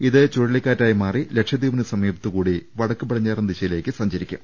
ഇത് ചുഴലിക്കാറ്റായി മാറി ലക്ഷദ്വീപിന് സമീപത്തുകൂടി വടക്ക് പടിഞ്ഞാറൻ ദിശയിലേക്ക് സഞ്ചരിക്കും